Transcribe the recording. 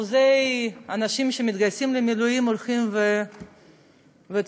אחוזי האנשים שמתגייסים למילואים הולכים וצוללים.